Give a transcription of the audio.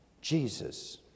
Jesus